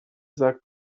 sagt